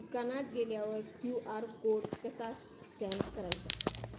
दुकानात गेल्यावर QR code कसा स्कॅन करायचा?